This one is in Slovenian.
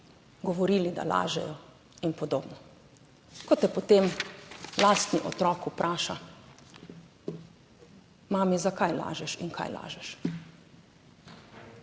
govorili, da lažejo in podobno. Ko te potem lastni otrok vpraša, mami, zakaj lažeš in kaj lažeš.